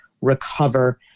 recover